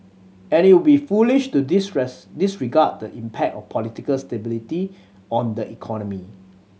and it would be foolish to disregard the impact of political stability on the economy